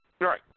right